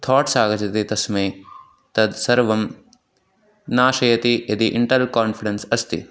thoughts आगच्छन्ति तस्मै तद् सर्वं नाशयति यदि इण्टर् कान्फ़िडेन्स् अस्ति